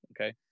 okay